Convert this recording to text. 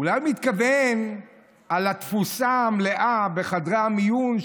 אולי הוא מתכוון לתפוסה המלאה בחדרי המיון,